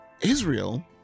Israel